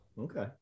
Okay